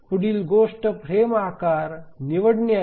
पुढील गोष्ट फ्रेम आकार निवडणे आहे